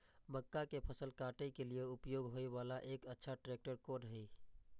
मक्का के फसल काटय के लिए उपयोग होय वाला एक अच्छा ट्रैक्टर कोन हय?